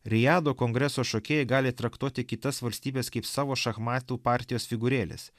rijado kongreso šokėjai gali traktuot į kitas valstybes kaip savo šachmatų partijos figūrėlės